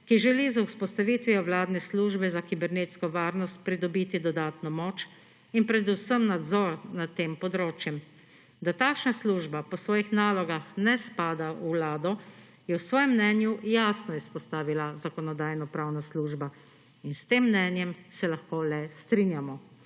ki želi z vzpostavitvijo vladne službe za kibernetsko varnost pridobiti dodatno moč in predvsem nadzor nad tem področjem. Da takšna služba po svojih nalogah ne spada v Vlado, je v svojem mnenju jasno izpostavila Zakonodajno-pravna služba in s tem mnenjem se lahko le strinjamo.